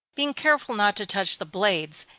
being careful not to touch the blades,